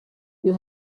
you